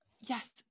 Yes